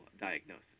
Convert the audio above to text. diagnosis